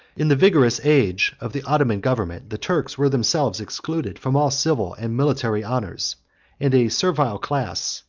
in the vigorous age of the ottoman government, the turks were themselves excluded from all civil and military honors and a servile class,